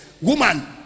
woman